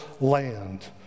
land